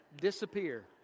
disappear